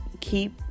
keep